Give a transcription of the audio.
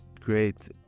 great